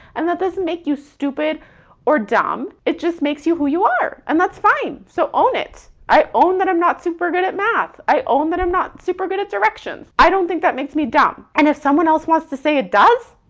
and that doesn't make you stupid or dumb. it just makes you who you are, and that's fine. so own it. i own that i'm not super good at math. i own that i'm not super good at directions. i don't think that makes me dumb. and if someone else wants to say it does,